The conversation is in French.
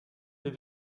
des